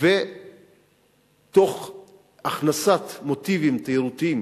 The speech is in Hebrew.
תוך הכנסת מוטיבים תיירותיים